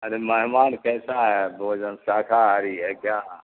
ارے مہمان کیسا ہے بھوجن ساہکاہاری ہے کیا